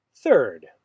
Third